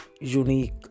unique